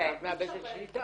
את מאבדת שליטה.